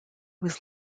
was